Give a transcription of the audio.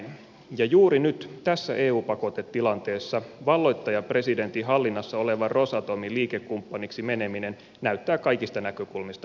ja juuri nyt tässä eu pakotetilanteessa valloittajapresidentin hallinnassa olevan rosatomin liikekumppaniksi meneminen näyttää kaikista näkökulmista hölmöltä ratkaisulta